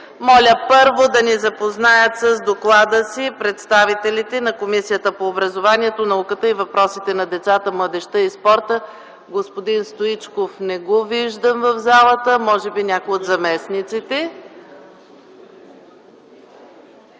Моля първо да ни запознаят с доклада си представителите на Комисията по образованието, науката и въпросите на децата, младежта и спорта. Господин Стоичков не го виждам в залата, но може би някой от заместниците